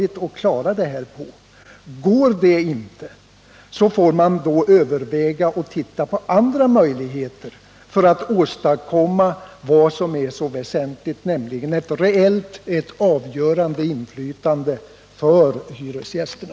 Går det inte, får man överväga andra möjligheter för att åstadkomma vad som är så väsentligt, nämligen ett reellt och avgörande inflytande för hyresgästerna.